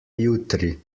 jutri